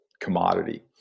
commodity